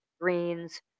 greens